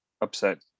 upset